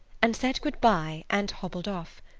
and said good-bye, and hobbled off.